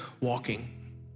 walking